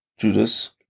Judas